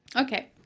Okay